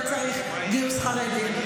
לא צריך גיוס חרדים,